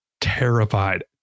terrified